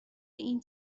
این